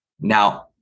Now